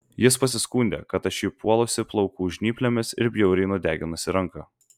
jis pasiskundė kad aš jį puolusi plaukų žnyplėmis ir bjauriai nudeginusi ranką